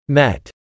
met